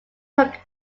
took